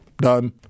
Done